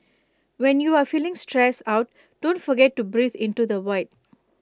when you are feeling stressed out don't forget to breathe into the void